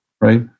right